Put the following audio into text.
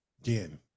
again